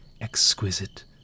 exquisite